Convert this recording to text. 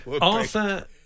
Arthur